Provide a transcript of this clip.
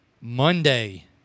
Monday